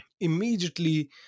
immediately –